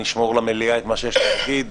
אני אשמור למליאה את מה שיש לי להגיד.